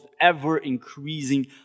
ever-increasing